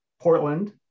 Portland